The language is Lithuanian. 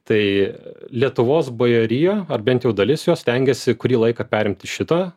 tai lietuvos bajorija ar bent jau dalis jos stengiasi kurį laiką perimti šitą